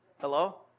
Hello